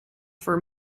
for